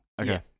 Okay